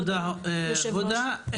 תודה, הודא.